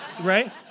Right